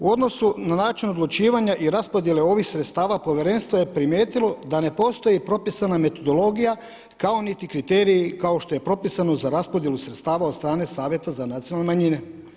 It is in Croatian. U odnosu na način odlučivanja i raspodjele ovih sredstava povjerenstvo je primijetilo da ne postoji propisana metodologija kako niti kriteriji kao što je propisano za raspodjelu sredstava od strane Savjeta za nacionalne manjine.